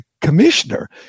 commissioner